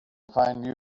find